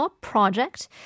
project